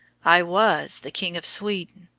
i was the king of sweden,